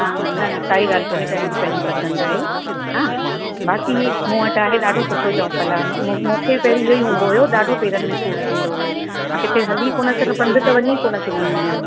हा हा न काई ॻाल्हि कोन्हे पंहिंजी पंहिंजी पसंदि आहे हा बाक़ी हीअ मूं वटि आहे ॾाढो सुठो चम्पलु आहे मूं मूंखे पहिरीं इहो ई हूंदो हुओ ॾाढो पेरनि में सूर थींदो हुओ मां किथे हली कोन सघा पंध त वञी कोन सघंदी हुअमि